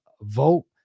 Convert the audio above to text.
vote